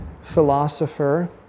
philosopher